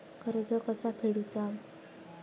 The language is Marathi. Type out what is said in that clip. कर्ज कसा फेडुचा?